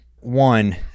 one